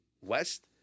West